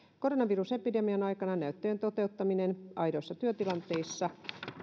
koronavirusepidemian aikana näyttöjen toteuttaminen aidoissa työtilanteissa